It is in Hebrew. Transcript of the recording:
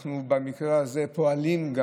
במקרה הזה אנחנו גם פועלים,